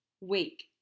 week